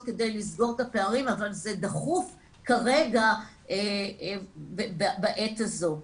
כדי לסגור את הפערים אבל זה דחוף כרגע בעת הזו.